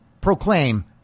proclaim